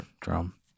drum